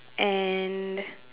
and